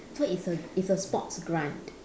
so it's a it's a sports grant